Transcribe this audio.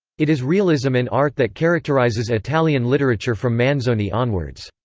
it is realism in art that characterizes italian literature from manzoni onwards.